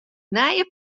nije